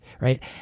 right